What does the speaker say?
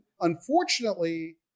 unfortunately